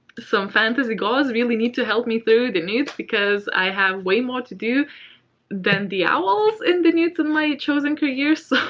some fantasy gods really need to help me through the newts because i have way more to do than the owls in the newts in my chosen career. so.